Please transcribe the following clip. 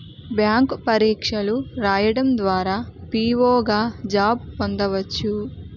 bank పరీక్షలు రాయడం ద్వారా పిఓ గా జాబ్ పొందవచ్చు